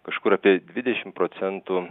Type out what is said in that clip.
kažkur apie dvidešimt procentų